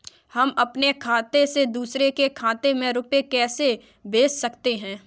हम अपने खाते से दूसरे के खाते में रुपये कैसे भेज सकते हैं?